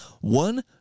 one